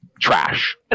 trash